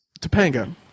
Topanga